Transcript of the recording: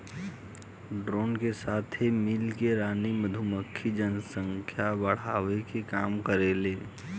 drone के साथे मिल के रानी मधुमक्खी जनसंख्या बढ़ावे के काम करेले